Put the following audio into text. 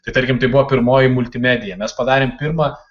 tai tarkim tai buvo pirmoji multimedija mes padarėm pirmą